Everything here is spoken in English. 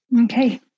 Okay